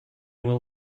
will